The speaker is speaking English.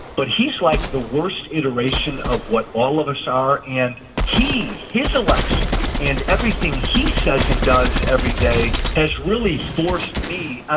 but he's like the worst iteration of what all of us are. and he. his election and everything he says and does every day has really forced me. ah